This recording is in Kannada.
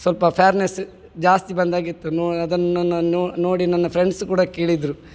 ಸ್ವಲ್ಪ ಫ್ಯಾರ್ನೆಸ್ ಜಾಸ್ತಿ ಬಂದಾಗಿತ್ತು ನೋ ಅದನ್ನು ನಾನು ನೋಡಿ ನನ್ನ ಫ್ರೆಂಡ್ಸ್ ಕೂಡ ಕೇಳಿದರು